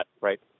right